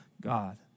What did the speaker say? God